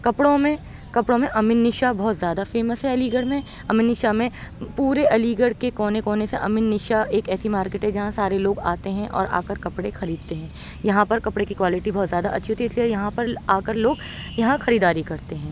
کپڑوں میں کپڑوں میں امین نشا بہت زیادہ فیمس ہے علی گڑھ میں امین نشا میں پورے علی گڑھ کے کونے کونے سے امین نشا ایک ایسی مارکیٹ ہے جہاں سارے لوگ آتے ہیں اور آ کر کپڑے خریدتے ہیں یہاں پر کپڑے کی کوالٹی بہت زیادہ اچھی ہوتی ہے اس لیے یہاں پر آ کر لوگ یہاں خریداری کرتے ہیں